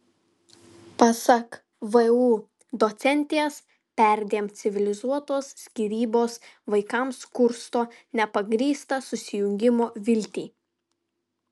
pasak vu docentės perdėm civilizuotos skyrybos vaikams kursto nebepagrįstą susijungimo viltį